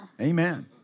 amen